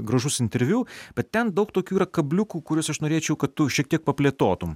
gražus interviu bet ten daug tokių yra kabliukų kuriuos aš norėčiau kad tu šiek tiek paplėtotum